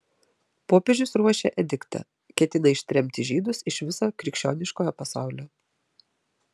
popiežius ruošia ediktą ketina ištremti žydus iš viso krikščioniškojo pasaulio